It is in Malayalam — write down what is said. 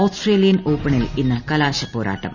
ഓസ്ട്രേലിയൻ ഓപ്പണിൽ ഇന്ന് കലാശപ്പോരാട്ടം